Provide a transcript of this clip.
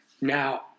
Now